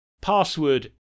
password